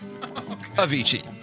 Avicii